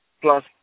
plus